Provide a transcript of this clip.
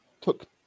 took